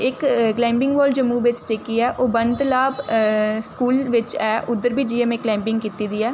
इक वाल जम्मू बिच्च जेह्की ऐ ओह् बन तलाब स्कूल बिच्च ऐ उद्धर बी जाइयै में क्लाइंबिंग कीती दी ऐ